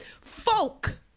folk